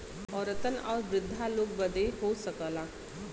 औरतन आउर वृद्धा लोग बदे हो सकला